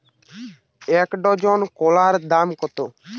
এক ডজন কলার দাম কত?